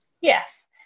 Yes